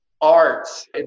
arts